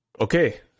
Okay